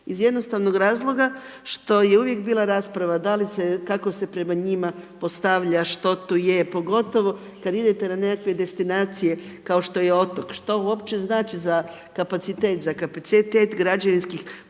iz jednostavnog razloga što je uvijek bila rasprava kako se prema njima postavlja, što tu je, pogotovo kada idete na nekakve destinacije kao što je otok. Što uopće znači kapacitet za kapacitet građevinskih područja?